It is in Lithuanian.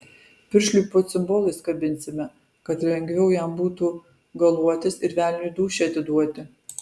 piršliui po cimbolais kabinsime kad lengviau jam būtų galuotis ir velniui dūšią atiduoti